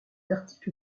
article